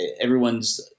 everyone's